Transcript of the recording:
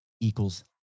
equals